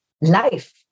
life